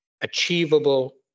achievable